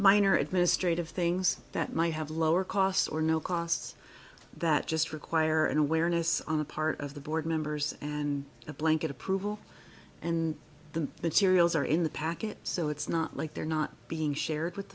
minor administrative things that might have lower costs or no costs that just require an awareness on the part of the board members and a blanket approval and the materials are in the packet so it's not like they're not being shared with